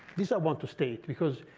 this i want to state. because